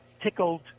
tickled